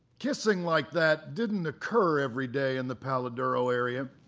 kissing like that didn't occur every day, in the palo duro area.